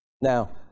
Now